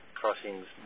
crossings